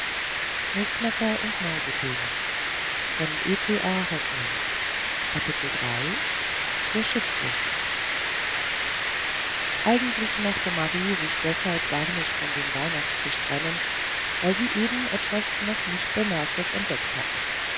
der schützling eigentlich mochte marie sich deshalb gar nicht von dem weihnachtstisch trennen weil sie eben etwas noch nicht bemerktes entdeckt hatte